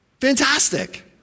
Fantastic